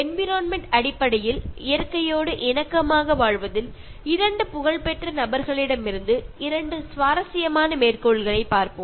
environment அடிப்படையில் மற்றும் இயற்கையோடு இணக்கமாக வாழ்வதில் இரண்டு புகழ்பெற்ற நபர்களிடமிருந்து இரண்டு சுவாரஸ்யமான மேற்கோள்களைப் பார்ப்போம்